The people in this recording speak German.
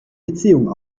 beziehung